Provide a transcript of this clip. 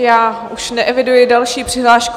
Já už neeviduji další přihlášku.